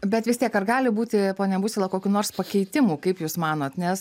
bet vis tiek ar gali būti ponia busila kokių nors pakeitimų kaip jūs manot nes